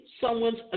someone's